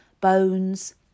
bones